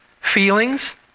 Feelings